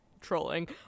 trolling